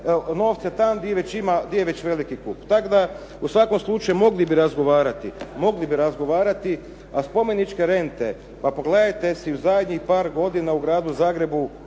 novce tamo gdje je već veliki kup, tako da u svakom slučaju mogli bi razgovarati. A spomeničke rente, pa pogledajte ih u zadnjih par godina u Gradu Zagrebu